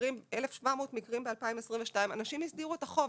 1,700 מקרים ב-2022 אנשים הסדירו את החוב.